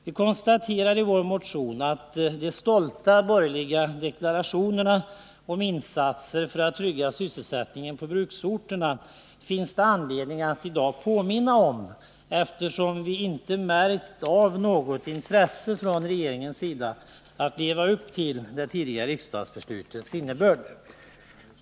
Vi konstaterar i vår motion att det finns anledning att i dag påminna om de stolta borgerliga deklarationerna om insatser för att trygga sysselsättningen på bruksorterna, eftersom vi inte märkt av något intresse från regeringens sida att leva upp till det tidigare riksdagsbeslutets innebörd.